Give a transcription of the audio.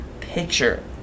picture